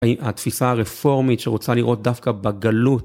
התפיסה הרפורמית שרוצה לראות דווקא בגלות.